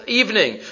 evening